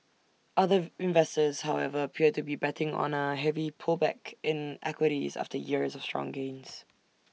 other investors however appear to be betting on A heavy pullback in equities after years of strong gains